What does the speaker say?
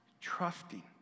trusting